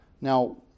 Now